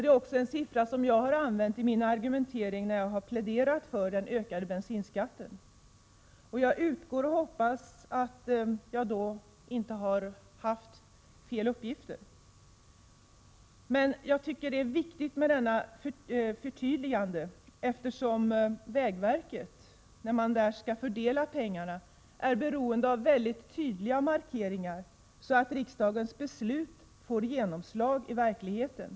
Det är en siffra som också jag har använt i min plädering för höjningen av bensinskatten. Jag utgår från att den är korrekt. Det är viktigt med ett sådant förtydligande, eftersom vägverket vid sin fördelning av pengarna är beroende av mycket tydliga markeringar för att riksdagens beslut skall kunna få genomslag i verkligheten.